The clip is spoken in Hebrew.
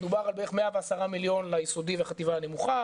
דובר על בערך 110 מיליון ליסודי וחטיבה נמוכה,